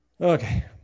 okay